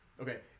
Okay